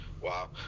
wow